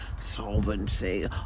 Solvency